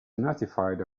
notified